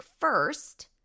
first